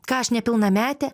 ką aš nepilnametė